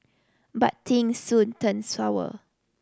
but things soon turned sour